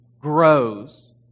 grows